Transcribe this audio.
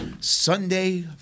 Sunday